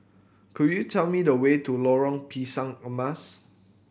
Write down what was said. could you tell me the way to Lorong Pisang Emas